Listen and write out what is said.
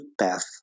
path